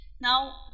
Now